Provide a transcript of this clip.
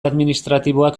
administratiboak